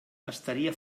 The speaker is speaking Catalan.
estaria